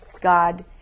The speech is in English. God